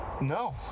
No